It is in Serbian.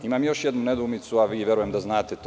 Imam još jednu nedoumicu, a vi verujem da znate to.